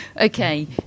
okay